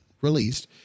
released